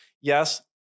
yes